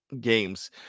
games